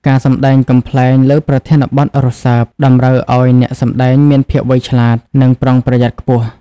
ការសម្ដែងកំប្លែងលើប្រធានបទរសើប តម្រូវឲ្យអ្នកសម្ដែងមានភាពវៃឆ្លាត និងប្រុងប្រយ័ត្នខ្ពស់។